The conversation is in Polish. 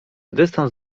dystans